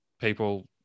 people